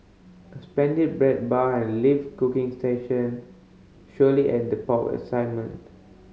a splendid bread bar and live cooking station surely add the pop of excitement